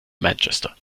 manchester